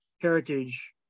heritage